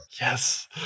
Yes